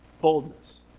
boldness